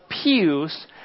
appeals